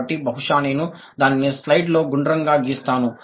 కాబట్టి బహుశా నేను దానిని స్లైడ్ లో గుండ్రంగా గీస్తాను